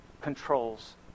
controls